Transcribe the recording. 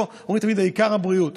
אומרים תמיד: העיקר הבריאות.